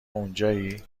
اونجایی